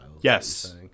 Yes